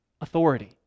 authority